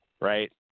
Right